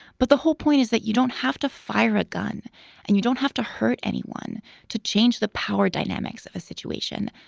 but the whole point is that you don't have to fire a gun and you don't have to hurt anyone to change the power dynamics of a situation.